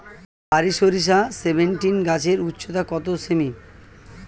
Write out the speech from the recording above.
বারি সরিষা সেভেনটিন গাছের উচ্চতা কত সেমি?